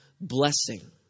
blessing